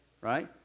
Right